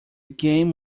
game